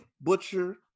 Butcher